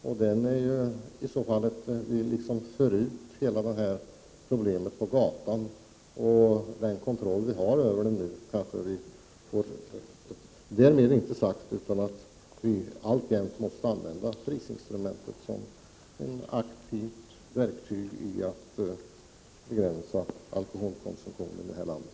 Det innebär i så fall att vi för ut hela problemet på gatan och att vi kan tappa den kontroll som vi ändå har över problemet. Därmed inte sagt att vi inte alltjämt skall använda prisinstrumentet som ett aktivt verktyg för att begränsa alkoholkonsumtionen i det här landet.